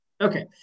Okay